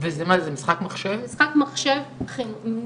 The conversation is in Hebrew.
זה משחק מחשב נפלא,